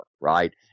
right